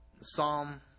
Psalm